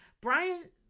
Brian